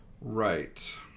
Right